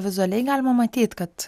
vizualiai galima matyt kad